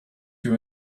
you